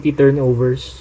turnovers